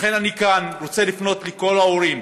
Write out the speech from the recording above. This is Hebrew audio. לכן, אני כאן רוצה לפנות אל כל ההורים,